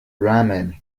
rahman